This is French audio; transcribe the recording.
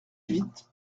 huit